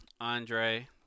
Andre